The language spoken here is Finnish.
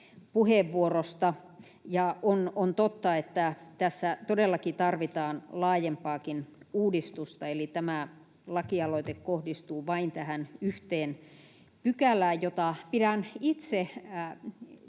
On totta, että tässä todellakin tarvitaan laajempaakin uudistusta, eli tämä lakialoite kohdistuu vain tähän yhteen pykälään, jota pidän itse tietyllä